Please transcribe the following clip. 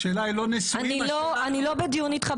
השאלה היא לא נישואים --- אני לא בדיון איתך.